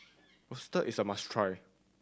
risotto is a must try